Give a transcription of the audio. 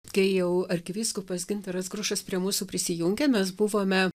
kai jau arkivyskupas gintaras grušas prie mūsų prisijungė mes buvome